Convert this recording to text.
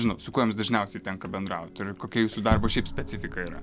žinot su kuo jums dažniausiai tenka bendraut ir kokia jūsų darbo šiaip specifika yra